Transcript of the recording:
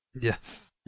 Yes